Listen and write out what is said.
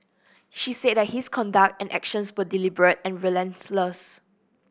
she said that his conduct and actions were deliberate and relentless